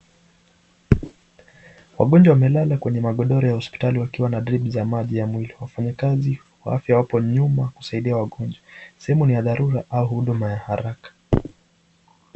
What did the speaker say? Wakonjwa wamelaka Kwa makondora ha hospitali wakiwa na tiri wafanyikazi wake wako nyumo kusaidia wakonjwa seamu ni ya daruraa ama huduma ya haraka.